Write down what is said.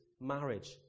marriage